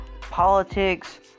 politics